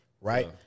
right